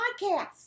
podcast